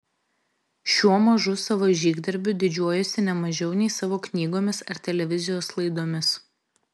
šiuo mažu savo žygdarbiu didžiuojuosi ne mažiau nei savo knygomis ar televizijos laidomis